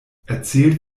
erzählt